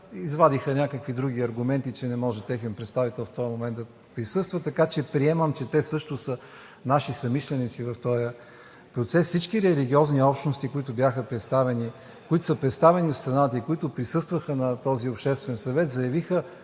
извадиха някакви други аргументи, че не може техен представител в този момент да присъства, така че приемам, че те също са наши съмишленици в този процес. Всички религиозни общности, които бяха представени, които са представени в страната и които присъстваха на този обществен съвет, заявиха